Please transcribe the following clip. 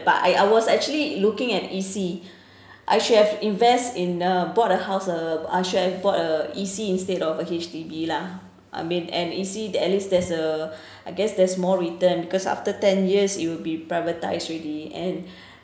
but I I was actually looking at E_C I should have invest in uh bought a house uh I should have bought uh E_C instead of a H_D_B lah I mean and E_C there at least there's a I guess there's more return because after ten years it will be privatised already and